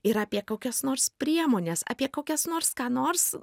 ir apie kokias nors priemones apie kokias nors ką nors